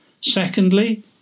Secondly